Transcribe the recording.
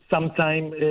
sometime